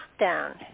lockdown